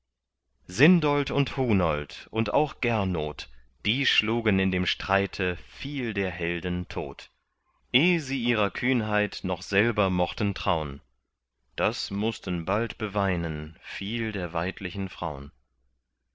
sindold und hunold und auch gernot die schlugen in dem streite viel der helden tot eh sie ihrer kühnheit noch selber mochten traun das mußten bald beweinen viel der weidlichen fraun